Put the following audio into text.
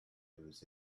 news